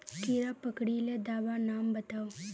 कीड़ा पकरिले दाबा नाम बाताउ?